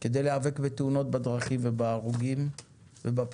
כדי להיאבק בתאונות דרכים שיש בהן הרוגים ופצועים,